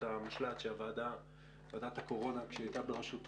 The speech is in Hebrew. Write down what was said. המשל"ט שוועדת הקורונה כשהיא הייתה בראשותי,